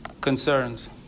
concerns